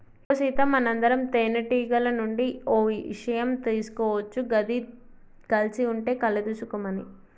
ఇగో సీత మనందరం తేనెటీగల నుండి ఓ ఇషయం తీసుకోవచ్చు గది కలిసి ఉంటే కలదు సుఖం అని